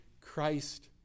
Christ